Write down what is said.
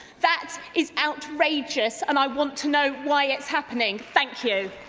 that is outrageous. and i want to know why it is happening. thank you.